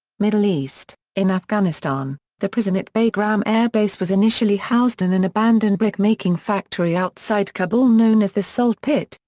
middle east in afghanistan, the prison at bagram air base was initially housed in an abandoned brickmaking factory outside kabul known as the salt pit,